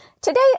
today